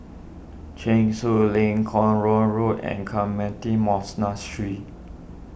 Cheng Soon Lane Kuo Road Road and Carmelite Monastery